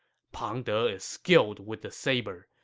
pang de is skilled with the saber.